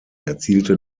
erzielte